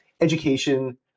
education